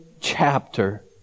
chapter